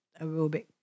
aerobic